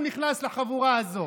הוא נכנס לחבורה הזאת.